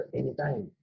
anytime